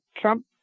Trump